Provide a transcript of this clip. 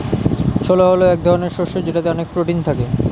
ছোলা হল এক ধরনের শস্য যেটাতে অনেক প্রোটিন থাকে